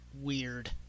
weird